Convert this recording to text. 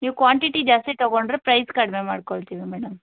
ನೀವು ಕ್ವಾಂಟಿಟಿ ಜಾಸ್ತಿ ತೊಗೊಂಡ್ರೆ ಪ್ರೈಸ್ ಕಡಿಮೆ ಮಾಡ್ಕೊಳ್ತೀವಿ ಮೇಡಮ್